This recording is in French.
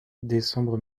décembre